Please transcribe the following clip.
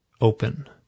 open